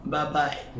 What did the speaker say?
Bye-bye